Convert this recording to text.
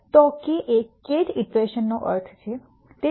તો k એ kth ઇટરેશનનો અર્થ છે